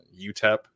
utep